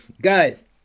guys